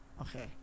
Okay